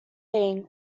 thing